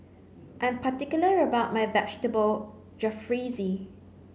I am particular about my Vegetable Jalfrezi